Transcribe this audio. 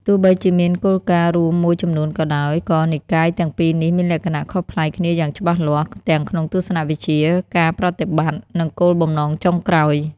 ទោះបីជាមានគោលការណ៍រួមមួយចំនួនក៏ដោយ ក៏និកាយទាំងពីរនេះមានលក្ខណៈខុសប្លែកគ្នាយ៉ាងច្បាស់លាស់ ទាំងក្នុងទស្សនៈវិជ្ជា ការប្រតិបត្តិ និងគោលបំណងចុងក្រោយ។